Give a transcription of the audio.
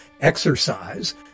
exercise